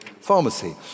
pharmacy